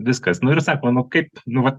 viskas nu ir sakoma nu kaip nu vat